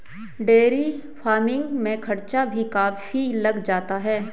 dairy farming में खर्चा भी काफी लग जाता है